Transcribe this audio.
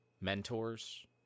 mentors